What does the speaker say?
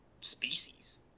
species